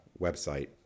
website